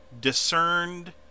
discerned